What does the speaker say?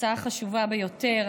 הצעה חשובה ביותר.